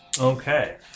Okay